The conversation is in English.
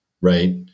right